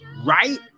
right